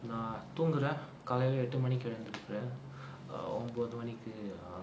நா தூங்குற காலைல எட்டு மணிக்கு எழுந்திறிக்கற:naa thoongura kaalaila ettu manikku elunthirikkira err ஒம்போது மணிக்கு:ombothu manikku